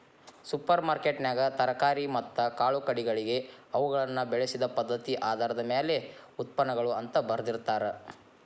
super ಮಾರ್ಕೆಟ್ನ್ಯಾಗ ತರಕಾರಿ ಮತ್ತ ಕಾಳುಕಡಿಗಳಿಗೆ ಅವುಗಳನ್ನ ಬೆಳಿಸಿದ ಪದ್ಧತಿಆಧಾರದ ಮ್ಯಾಲೆ ಉತ್ಪನ್ನಗಳು ಅಂತ ಬರ್ದಿರ್ತಾರ